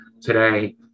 today